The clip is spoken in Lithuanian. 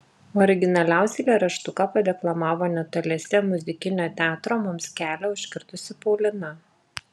originaliausią eilėraštuką padeklamavo netoliese muzikinio teatro mums kelią užkirtusi paulina